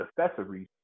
accessories